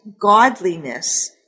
godliness